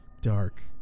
dark